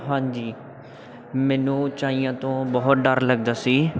ਹਾਂਜੀ ਮੈਨੂੰ ਉੱਚਾਈਆਂ ਤੋਂ ਬਹੁਤ ਡਰ ਲੱਗਦਾ ਸੀ